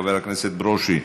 חבר הכנסת ברושי,